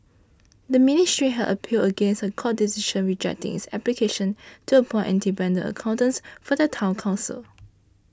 the ministry had appealed against a court decision rejecting its application to appoint independent accountants for the Town Council